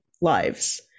lives